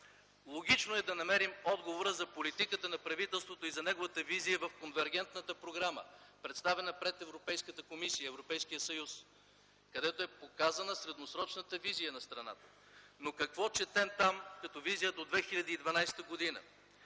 Логично е да намерим отговор за политиката на правителството и за неговата визия в конвергентната програма, представена пред Европейската комисия и Европейския съюз, където е показана средносрочната визия на страната. Какво четем там като визия до 2012 г.?